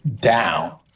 down